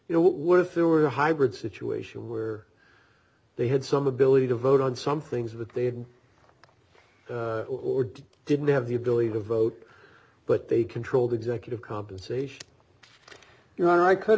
you know what what if there were a hybrid situation where they had some ability to vote on some things that they had or did didn't have the ability to vote but they controlled executive compensation your honor i could